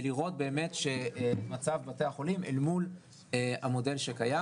לראות באמת את מצב בתי החולים אל מול המודל שקיים.